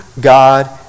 God